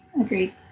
Agreed